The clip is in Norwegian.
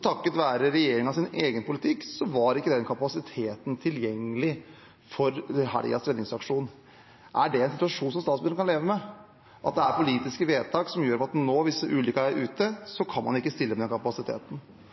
Takket være regjeringens egen politikk var ikke den kapasiteten tilgjengelig for helgens redningsaksjon. Er det en situasjon statsministeren kan leve med – at det er politiske vedtak som gjør at en nå, hvis ulykken er ute,